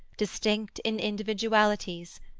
distinct in individualities,